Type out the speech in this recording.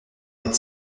être